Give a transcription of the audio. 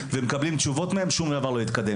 ומקבלים תשובות מהם שום דבר לא יתקדם.